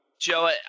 Joe